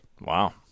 Wow